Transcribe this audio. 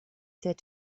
said